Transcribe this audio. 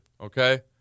okay